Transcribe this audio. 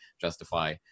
justify